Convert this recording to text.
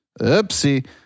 oopsie